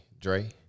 Dre